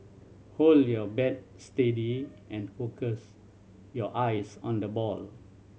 hold your bat steady and focus your eyes on the ball